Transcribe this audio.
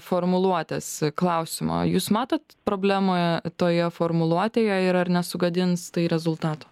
formuluotės klausimo jūs matot problemą toje formuluotėje ir ar nesugadins tai rezultato